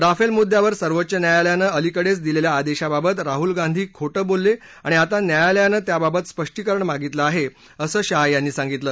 Rafale मुद्यावर सर्वोच्च न्यायालयानं अलीकडेच दिलेल्या आदेशाबाबत राहुल गांधी खोटं बोलले आणि आता न्यायालयानं त्याबाबत स्पष्टीकरण मागितलं आहे असं शाह यांनी सांगितलं